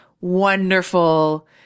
wonderful